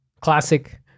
classic